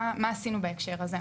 מה עשינו בהקשר הזה.